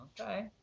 Okay